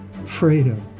Fredo